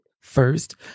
first